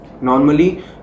Normally